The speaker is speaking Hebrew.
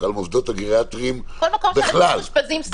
על המוסדות הגריאטריים בכלל -- כל מקום שאנשים מאושפזים סגור.